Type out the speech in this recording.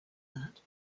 that